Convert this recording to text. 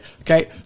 Okay